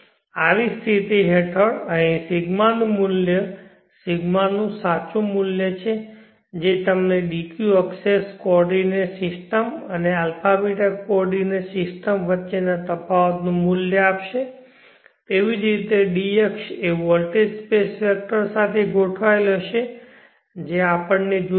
આવી સ્થિતિ હેઠળ અહીં ρ મૂલ્ય ρ નું સાચો મૂલ્ય છે જે તમને dq એક્સેસ કોઓર્ડિનેટ્સ સિસ્ટમ અને αβ કોઓર્ડિનેંટ સિસ્ટમ વચ્ચેના તફાવતનું મૂલ્ય આપશે એવી રીતે કે d અક્ષ એ વોલ્ટેજ સ્પેસ વેક્ટર સાથે ગોઠવાયેલ હશે જે આપણને જોઈએ છે